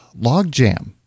logjam